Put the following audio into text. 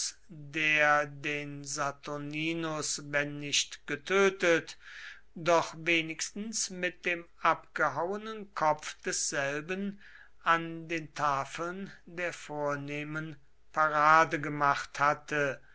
der den saturninus wenn nicht getötet doch wenigstens mit dem abgehauenen kopf desselben an den tafeln der vornehmen parade gemacht hatte